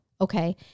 okay